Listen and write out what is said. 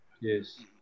yes